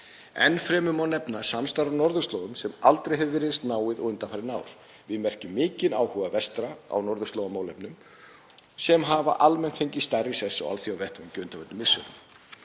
Enn fremur má nefna samstarf á norðurslóðum sem aldrei hefur verið eins náið og undanfarin ár. Við merkjum mikinn áhuga vestra á norðurslóðamálefnum sem hafa almennt fengið stærri sess á alþjóðavettvangi á undanförnum misserum.